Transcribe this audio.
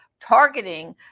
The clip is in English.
Targeting